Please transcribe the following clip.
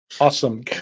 Awesome